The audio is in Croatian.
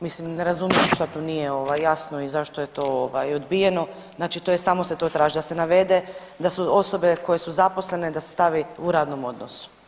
Mislim ne razumijem šta tu nije ovaj jasno i zašto je to ovaj odbijeno, znači to je, samo se to traži da se navede da su osobe koje su zaposlene da se stavi u radnom odnosu, eto.